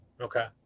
okay